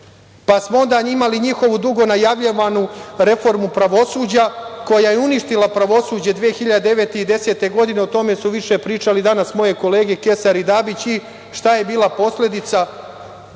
Pa, smo onda imali njihovu dugo najavljivanu reformu pravosuđa koja je uništila pravosuđe 2009. i 2010. godine, a o tome su više pričale danas moje kolege, Kesar i Dabić. I, šta je bila posledica?